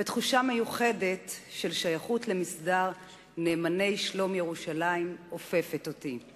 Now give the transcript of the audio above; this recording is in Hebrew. ותחושה מיוחדת של שייכות למסדר נאמני שלום ירושלים אופפת אותי.